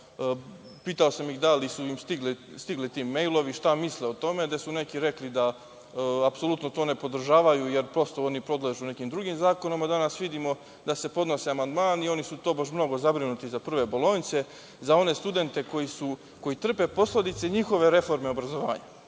pitao sam ih da li su im stigli ti mejlovi, šta misle o tome, gde su neki rekli da apsolutno to ne podržavaju, jer, prosto, oni podležu nekim drugim zakonima, a danas vidimo da se podnose amandmani jer su oni, tobož, mnogo zabrinuti za prve bolonjce, za one studente koji trpe posledice njihove reforme obrazovanja.